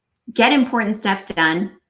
get important stuff done,